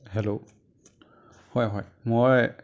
hello হয় হয় মই